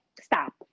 stop